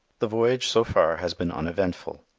the voyage so far has been uneventful,